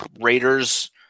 Raiders